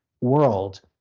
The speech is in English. world